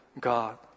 God